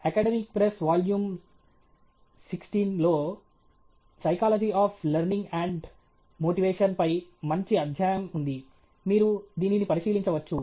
academic press volume సిక్స్టీన్లో psychology of learning and motivation పై మంచి అధ్యాయం ఉంది మీరు దీనిని పరిశీలించవచ్చు